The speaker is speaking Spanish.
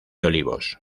olivos